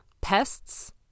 pests